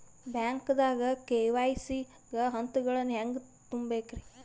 ಬ್ಯಾಂಕ್ದಾಗ ಕೆ.ವೈ.ಸಿ ಗ ಹಂತಗಳನ್ನ ಹೆಂಗ್ ತುಂಬೇಕ್ರಿ?